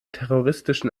terroristischen